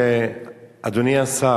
אדוני השר,